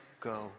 go